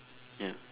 ya